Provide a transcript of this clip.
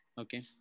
Okay